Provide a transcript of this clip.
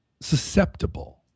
susceptible